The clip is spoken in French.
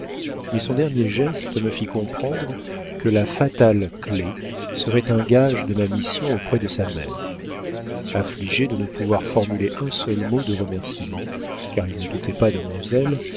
mais son dernier geste me fit comprendre que la fatale clef serait un gage de ma mission auprès de sa mère affligé de ne pouvoir formuler un seul mot de remerciement car il ne doutait pas de mon zèle